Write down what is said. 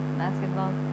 basketball